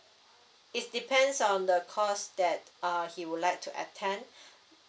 is depends on the course that err he would like to attend